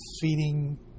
feeding